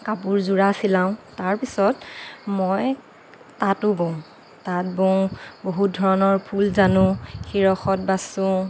কাপোৰ যোৰা চিলাওঁ তাৰ পিছত মই তাঁতো বওঁ তাঁত বওঁ বহুত ধৰণৰ ফুল জানো শিৰখত বাচোঁ